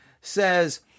Says